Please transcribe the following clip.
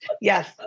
Yes